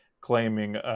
claiming